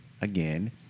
again